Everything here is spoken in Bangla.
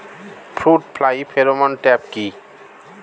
ফ্রুট ফ্লাই ফেরোমন ট্র্যাপ কি?